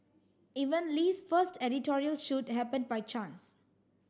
even Lee's first editorial shoot happen by chance